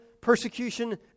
persecution